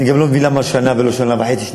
אני גם לא מבין למה שנה ולא שנה וחצי,